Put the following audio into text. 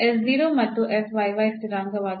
ಆದ್ದರಿಂದ ಇದು 12 ಆಗಿರುತ್ತದೆ s 0 ಮತ್ತು fyy ಸ್ಥಿರಾಂಕವಾಗಿದೆ